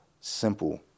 simple